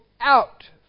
out